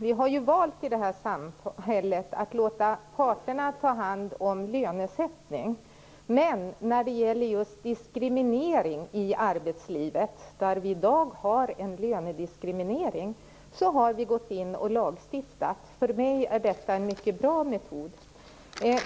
Vi har ju i det här samhället valt att låta parterna ta hand om lönesättning, men när det gäller just diskriminering i arbetslivet, där vi i dag har en lönediskriminering, har vi gått in och lagstiftat. För mig är detta en mycket bra metod.